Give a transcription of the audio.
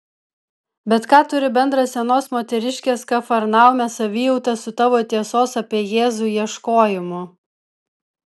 bet ką turi bendra senos moteriškės kafarnaume savijauta su tavo tiesos apie jėzų ieškojimu